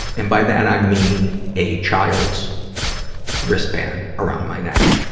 and by that, i mean a child's wristband around my neck,